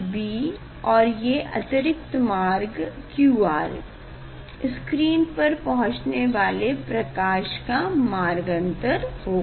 ab और ये अतिरिक्त मार्ग QR स्क्रीन पर पहुचने वाले प्रकाश का मार्गअन्तर होगा